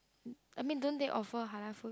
I mean doesn't they offer Halal food